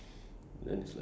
ya